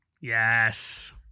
Yes